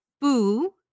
boo